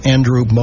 Andrew